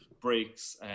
breaks